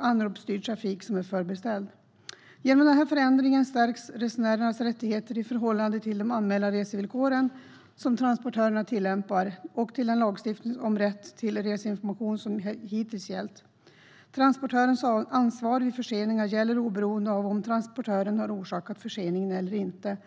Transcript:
anropsstyrd trafik som är förbeställd. Genom den här förändringen stärks resenärernas rättigheter i förhållande till de allmänna resevillkoren, som transportörerna tillämpar, och till den lagstiftning om rätt till reseinformation som hittills gällt. Transportörens ansvar vid förseningar gäller oberoende av om transportören har orsakat förseningen eller inte.